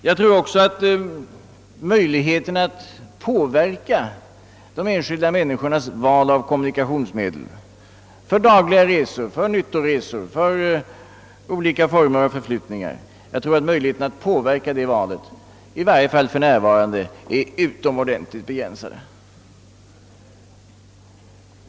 Jag tror för min del att möjligheterna att i varje fall för närvarande påverka de enskilda människornas val av kommunikationsmedel för dagliga resor, nyttoresor och olika förflyttningar är utomordentligt begränsade.